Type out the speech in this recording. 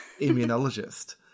immunologist